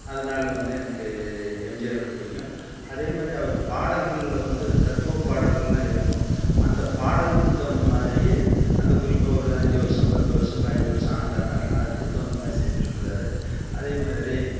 அதனால வந்து எனக்கு எம்ஜிஆரை பிடிக்கும் அதேமாதிரி அவர் பாடல்களில் வந்து தத்துவ பாடல்கள்லாம் இருக்கும் அந்த பாடலுக்குத் தகுந்தமாதிரியே அந்த குறிப்பாக ஒரு அஞ்சு வருடம் பத்து வருடம் பயஞ்சி வருடம் ஆண்டானர்லாம் அதுக்கு தகுந்தமாதிரி செஞ்சிருக்கிறாரு அதே மாதிரி